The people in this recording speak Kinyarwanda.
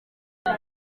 nta